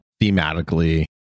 thematically